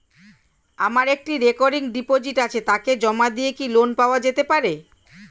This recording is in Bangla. আমার একটি রেকরিং ডিপোজিট আছে তাকে জমা দিয়ে কি লোন পাওয়া যেতে পারে?